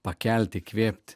pakelti įkvėpti